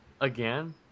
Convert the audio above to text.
Again